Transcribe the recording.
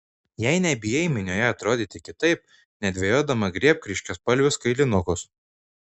jei nebijai minioje atrodyti kitaip nedvejodama griebk ryškiaspalvius kailinukus